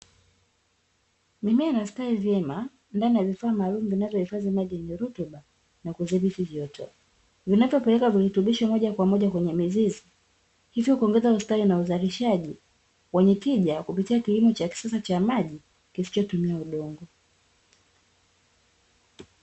Mimea inastawi vyema ndani ya vifaa vinavyohifadhi maji yenye rutuba na kuzibiti joto vinavyopeleka virutubisho moja kwa moja kwenye mizizi hivyo kuongeza ustadi na uzalishaji wenye tija kupitia kilimo cha kisasa cha maji kisicho tumia udongo.